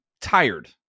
tired